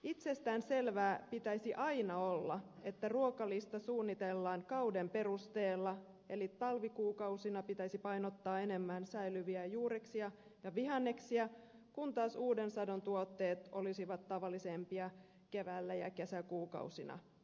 itsestään selvää pitäisi aina olla että ruokalista suunnitellaan kauden perusteella eli talvikuukausina pitäisi painottaa enemmän säilyviä juureksia ja vihanneksia kun taas uuden sadon tuotteet olisivat tavallisempia keväällä ja kesäkuukausina